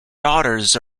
daughters